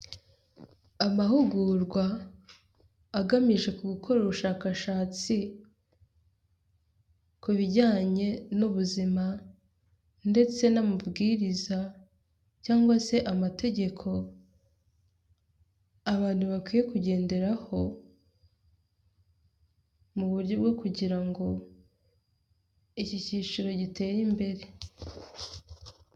mahugurwa agamije gukora ubushakashatsi ku bijyanye n'ubu ubuzima ndetse n'amabwiriza cyangwa se amategeko abantu bakwiye kugenderaho mu buryo bwo kugira ngo iki cyiciro gitere imbere.